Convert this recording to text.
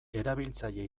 erabiltzaile